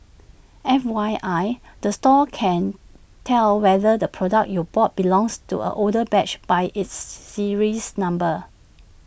F Y I the store can tell whether the product you bought belongs to an older batch by its serials number